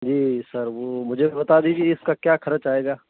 جی sir وہ مجھے بتا دیجیے اس کا کیا خرچ آئے گا